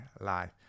life